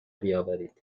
بیاورید